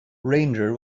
ranger